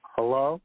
Hello